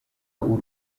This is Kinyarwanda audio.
w’u